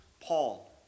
Paul